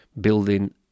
building